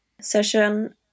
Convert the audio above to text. session